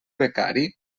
becari